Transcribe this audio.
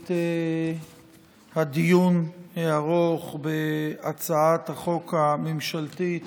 את הדיון הארוך בהצעת החוק הממשלתית